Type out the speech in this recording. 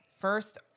First